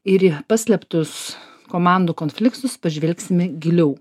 ir paslėptus komandų konfliktus pažvelgsime giliau